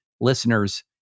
listeners